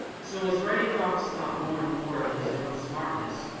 so as reddy fox thought more and more of his own smartness,